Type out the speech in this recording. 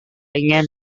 ingin